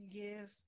yes